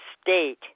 state